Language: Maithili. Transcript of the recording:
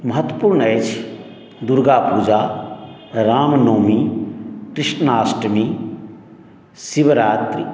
महत्वपूर्ण अछि दुर्गापूजा रामनवमी कृष्णाष्टमी शिवरात्रि